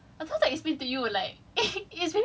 so it would it will be like okay let's say I have this